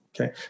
okay